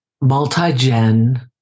multi-gen